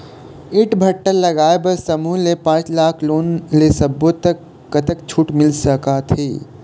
ईंट भट्ठा लगाए बर समूह ले पांच लाख लाख़ लोन ले सब्बो ता कतक छूट मिल सका थे?